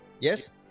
Yes